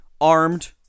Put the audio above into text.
armed